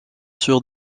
sur